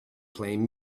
playing